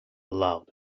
loud